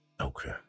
Okay